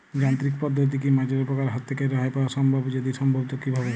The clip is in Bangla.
যান্ত্রিক পদ্ধতিতে কী মাজরা পোকার হাত থেকে রেহাই পাওয়া সম্ভব যদি সম্ভব তো কী ভাবে?